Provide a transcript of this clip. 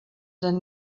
then